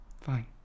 Fine